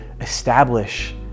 establish